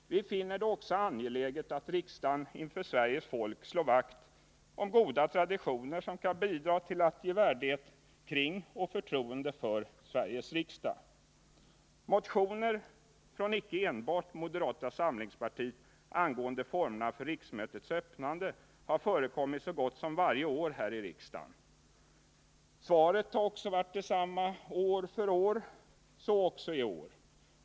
Vi finner det också angeläget att riksdagen inför Sveriges folk slår vakt om goda traditioner, som kan bidra till att skapa värdighet kring och förtroende för Sveriges riksdag. Motioner från icke enbart moderata samlingspartiet angående formerna för riksmötets öppnande har förekommit så gott som varje år här i riksdagen. Svaret har också varit detsamma år för år — så också detta år.